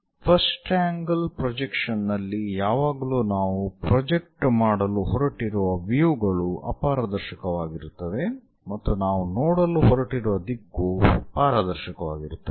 first angle projection ನಲ್ಲಿ ಯಾವಾಗಲೂ ನಾವು ಪ್ರೊಜೆಕ್ಟ್ ಮಾಡಲು ಹೊರಟಿರುವ ವ್ಯೂ ಗಳು ಅಪಾರದರ್ಶಕವಾಗಿರುತ್ತವೆ ಮತ್ತು ನಾವು ನೋಡಲು ಹೊರಟಿರುವ ದಿಕ್ಕು ಪಾರದರ್ಶಕವಾಗಿರುತ್ತದೆ